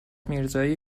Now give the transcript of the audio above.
میرزایی